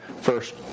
first